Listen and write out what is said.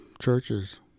churches